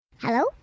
Hello